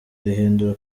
rihindura